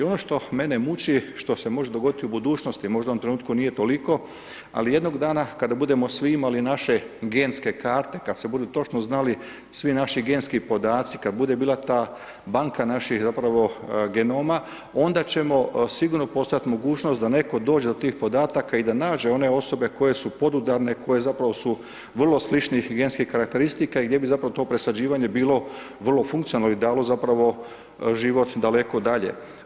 Ono što mene muči, što se može dogoditi u budućnosti, možda u ovom trenutku nije toliko, ali jednog dana kada budemo svi imali naše genske karte, kad se budu točno znali svi naši genski podaci, kad bude bila ta banka naših, zapravo, genoma, onda ćemo sigurno postojat mogućnost da netko dođe do tih podataka i da nađe one osobe koje su podudarne, koje zapravo su vrlo sličnih i genskih karakteristika i gdje bi zapravo to presađivanje bilo vrlo funkcionalno i dalo zapravo život daleko dalje.